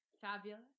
Fabulous